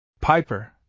Piper